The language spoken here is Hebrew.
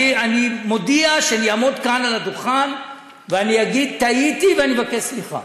אני מודיע שאני אעמוד כאן על הדוכן ואני אגיד: טעיתי ואני מבקש סליחה.